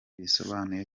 bisobanuye